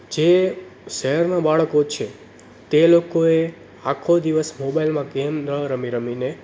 જે શહેરના બાળકો છે તે લોકોએ આખો દિવસ મોબાઈલ માં ગેમ ન રમી રમીને